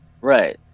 Right